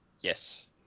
yes